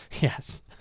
Yes